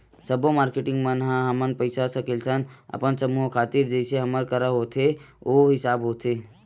सब्बो मारकेटिंग मन ह हमन पइसा सकेलथन अपन समूह खातिर जइसे हमर करा होथे ओ हिसाब होथे